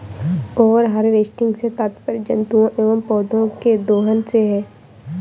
over harvesting से तात्पर्य जंतुओं एंव पौधौं के दोहन से है